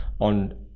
on